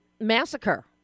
massacre